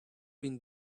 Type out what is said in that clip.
been